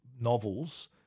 novels